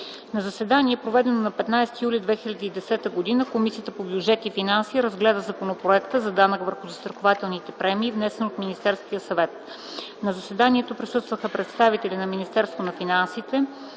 На заседание, проведено на 15 юли 2010 г., Комисията по бюджет и финанси разгледа законопроекта за данък върху застрахователните премии, внесен от Министерския съвет. На заседанието присъстваха представители на Министерството на финансите: